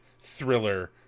thriller